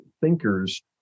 thinkers